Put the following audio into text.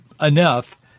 enough